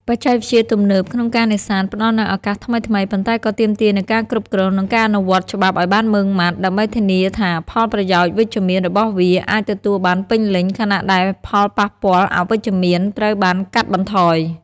បច្ចេកវិទ្យាទំនើបក្នុងការនេសាទផ្តល់នូវឱកាសថ្មីៗ ប៉ុន្តែក៏ទាមទារនូវការគ្រប់គ្រង និងការអនុវត្តច្បាប់ឲ្យបានម៉ឺងម៉ាត់ ដើម្បីធានាថាផលប្រយោជន៍វិជ្ជមានរបស់វាអាចទទួលបានពេញលេញ ខណៈដែលផលប៉ះពាល់អវិជ្ជមានត្រូវបានកាត់បន្ថយ។